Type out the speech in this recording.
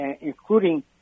including